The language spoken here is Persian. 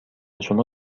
شما